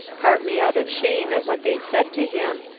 partly out of shame at what they said to him,